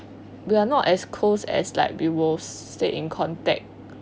we are not as close as like we will stay in contact